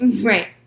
Right